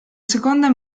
seconda